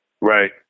Right